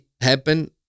happen